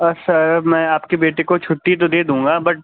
سر میں آپ کے بیٹے کو چھٹی تو دے دوں گا بٹ